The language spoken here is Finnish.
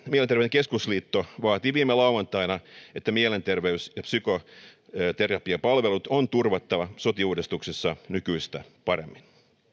keskusliitto vaati viime lauantaina että mielenterveys ja psykoterapiapalvelut on turvattava sote uudistuksessa nykyistä paremmin